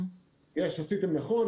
עשיתם נכון,